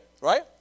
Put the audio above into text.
right